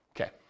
Okay